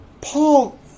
Paul